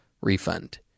refund